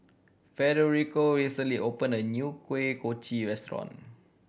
Federico recently opened a new Kuih Kochi restaurant